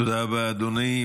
תודה רבה, אדוני.